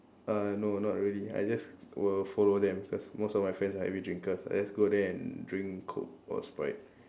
uh no not really I just will follow them cause most of my friends are heavy drinker I just go there and drink coke or Sprite